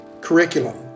curriculum